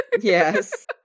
Yes